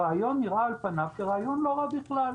הרעיון נראה על פניו כרעיון לא רע בכלל.